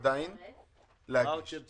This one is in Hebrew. ואין להם